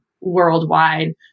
worldwide